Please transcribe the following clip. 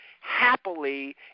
happily